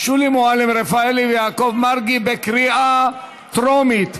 שולי מועלם-רפאלי ויעקב מרגי, בקריאה טרומית.